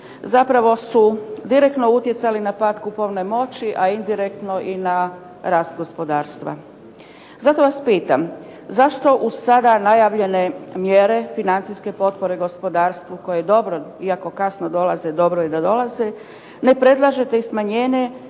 zapravo su direktno utjecali na pad kupovne moći, a indirektno i na rast gospodarstva. Zato vas pitam, zašto uz sada najavljene mjere financijske potpore gospodarstvu koje dobro, iako kasno dolaze, dobro je da dolaze, ne predlažete i smanjenje